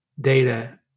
data